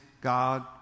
God